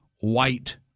white